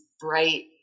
bright